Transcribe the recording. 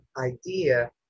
idea